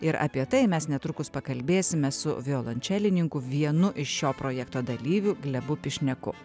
ir apie tai mes netrukus pakalbėsime su violončelininku vienu iš šio projekto dalyvių glebu pišneku